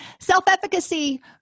self-efficacy